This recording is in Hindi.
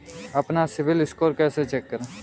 अपना सिबिल स्कोर कैसे चेक करें?